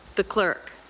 the clerk.